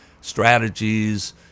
strategies